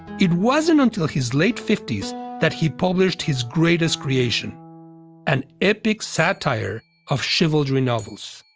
it wasn't until his late fifty s that he published his greatest creation an epic satire of chivalry novels.